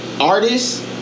artist